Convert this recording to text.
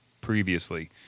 previously